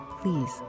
Please